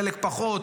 חלק פחות,